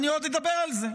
אני עוד אדבר על זה.